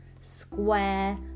square